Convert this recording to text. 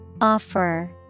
Offer